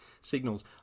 signals